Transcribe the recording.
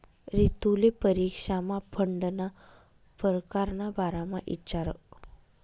रितुले परीक्षामा फंडना परकार ना बारामा इचारं